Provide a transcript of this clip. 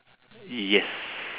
yes